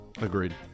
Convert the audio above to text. Agreed